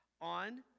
On